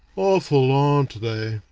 awful, aren't they!